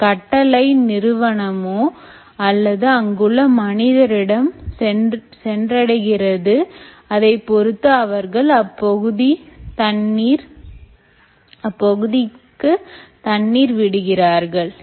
இந்த கட்டளை நிறுவனமோ அல்லது அங்குள்ள மனிதரிடமும் சென்றடைகிறது அதைப் பொறுத்து அவர்கள் அப்பகுதிக்கு தண்ணீர் விடுகிறார்கள்